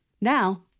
Now